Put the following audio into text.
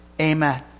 Amen